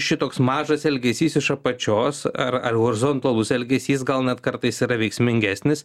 šitoks mažas elgesys iš apačios ar ar horizontalus elgesys gal net kartais yra veiksmingesnis